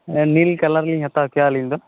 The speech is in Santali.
ᱱᱤᱞ ᱠᱟᱞᱟᱨ ᱞᱤᱧ ᱦᱟᱛᱟᱣ ᱠᱮᱭᱟ ᱟᱹᱞᱤᱧ ᱫᱚ